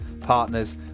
partners